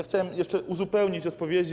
Chciałem jeszcze uzupełnić odpowiedzi.